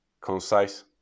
concise